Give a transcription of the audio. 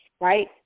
right